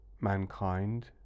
mankind